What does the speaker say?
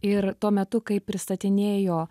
ir tuo metu kai pristatinėjo